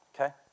Okay